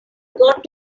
got